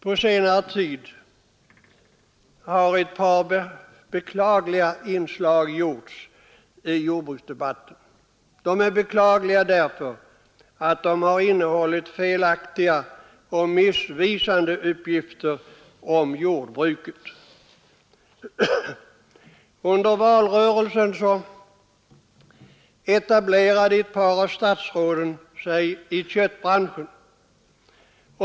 På senare tid har det förekommit ett par beklagliga inslag i jordbruksdebatten — beklagliga därför att de innehållit felaktiga och missvisande uppgifter om jordbruket. Under valrörelsen etablerade sig ett par av statsråden i köttbranschen.